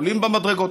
עולים במדרגות,